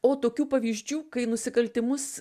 o tokių pavyzdžių kai nusikaltimus